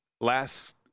last